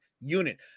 unit